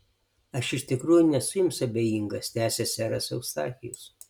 aš iš tikrųjų nesu jums abejingas tęsė seras eustachijus